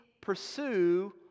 pursue